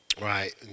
right